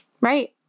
Right